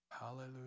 Hallelujah